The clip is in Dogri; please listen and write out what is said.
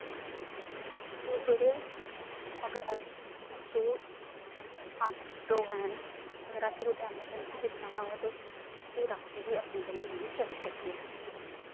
ते जेह्ड़े अगर जो आटो हैन अगर असें कुतै एमर्जेन्सी बी जाना हो ते उस उसी राती बी अपनी कन्नै लेइयै जाई सकदे